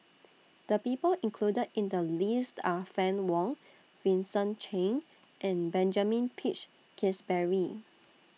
The People included in The list Are Fann Wong Vincent Cheng and Benjamin Peach Keasberry